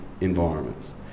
environments